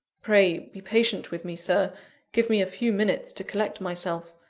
pray be patient with me, sir give me a few minutes to collect myself.